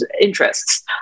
interests